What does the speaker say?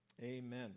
amen